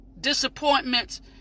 Disappointments